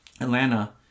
Atlanta